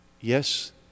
Yes